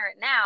now